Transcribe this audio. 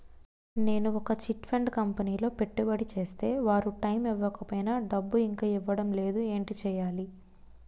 నేను ఒక chit fund కంపెనీలో పెట్టుబడి చేస్తే వారు టైమ్ ఇవ్వకపోయినా డబ్బు ఇంకా ఇవ్వడం లేదు ఏంటి చేయాలి?